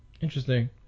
Interesting